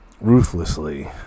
ruthlessly